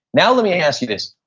now let me ask you this.